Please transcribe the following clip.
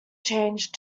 change